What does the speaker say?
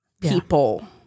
people